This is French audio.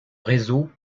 réseau